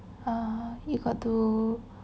err you got to